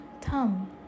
thumb